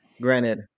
granted